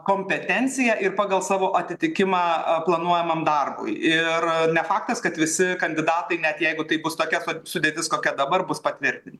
kompetenciją ir pagal savo atitikimą planuojamam darbui ir ne faktas kad visi kandidatai net jeigu tai bus tokia pat sudėtis kokia dabar bus patvirtinti